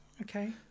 Okay